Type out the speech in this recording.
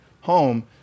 home